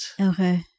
Okay